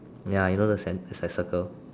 ya you know the cen is a circle